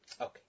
Okay